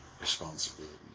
responsibility